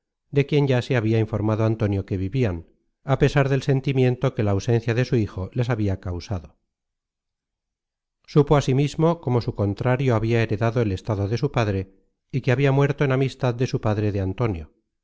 de quien ya se habia informado antonio que vivian á pesar del sentimiento que la ausencia de su hijo les habia causado supo asimismo cómo su contrario habia heredado el estado de su padre y que habia muerto en amistad de su padre de antonio